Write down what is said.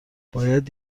باید